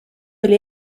oli